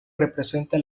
representa